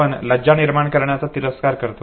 आपण लज्जा निर्माण करण्याचा तिरस्कार करतो